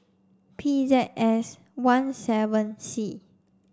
P Z S one seven C